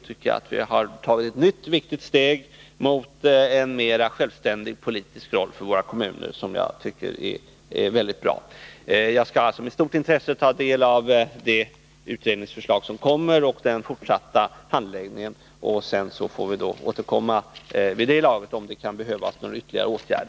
Vi har då tagit ett nytt viktigt steg mot en mer självständig politisk roll för våra kommuner, något som jag tycker är mycket bra. Jag skall med stort intresse ta del av det utredningsförslag som kommer och den fortsatta handläggningen. Jag får återkomma vid det laget, om det skulle behövas någon ytterligare åtgärd.